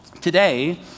today